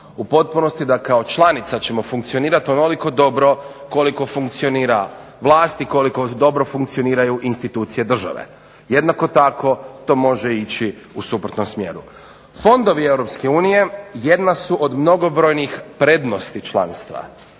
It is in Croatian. u potpunosti da kao članica ćemo funkcionirati onoliko dobro koliko funkcionira vlast i koliko dobro funkcioniraju institucije države. Jednako tako to može ići u suprotnom smjeru. Fondovi EU jedna su od mnogobrojnih prednosti članstva.